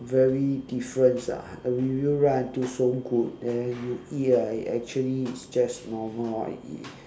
very difference ah the review write until so good then you eat ah it actually it's just normal orh